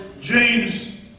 james